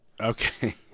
Okay